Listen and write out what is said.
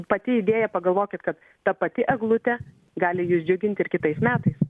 pati idėja pagalvokit kad ta pati eglutė gali jus džiugint ir kitais metais